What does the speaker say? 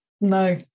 No